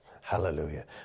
Hallelujah